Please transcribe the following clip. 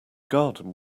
garden